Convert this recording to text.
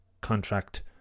contract